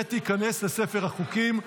ותיכנס לספר החוקים.